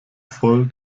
voll